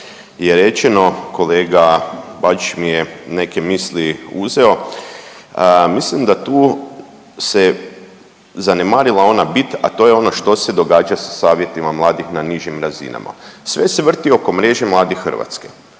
je rečeno, kolega Bačić mi je neke misli uzeo, mislim da tu se zanemarila ona bit, a to je ono što se događa sa savjetima mladih na nižim razinama. Sve se vrti oko Mreže mladih Hrvatske.